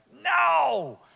no